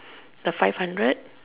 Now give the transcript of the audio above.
the five hundred